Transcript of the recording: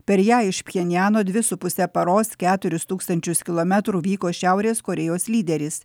per ją iš pjenjano dvi su puse paros keturis tūkstančius kilometrų vyko šiaurės korėjos lyderis